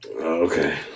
Okay